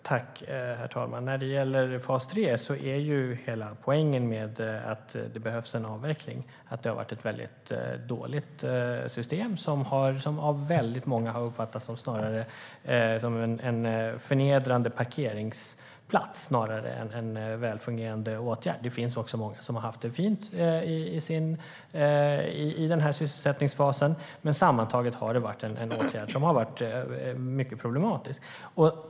Herr talman! När det gäller fas 3 är hela poängen att det behövs en avveckling för att det har varit ett dåligt system som av många har uppfattats som en förnedrande parkeringsplats snarare än en välfungerande åtgärd. Det finns också många som har haft det fint i denna sysselsättningsfas, men sammantaget har åtgärden varit problematisk.